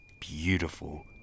beautiful